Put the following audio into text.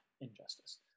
injustice